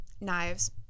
knives